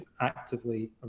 actively